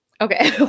Okay